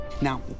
Now